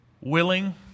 willing